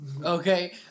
Okay